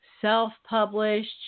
self-published